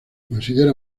considera